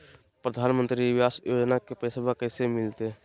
प्रधानमंत्री आवास योजना में पैसबा कैसे मिलते?